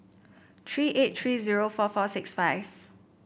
three eight three zero four four six five